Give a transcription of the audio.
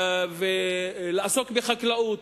ולעסוק בחקלאות,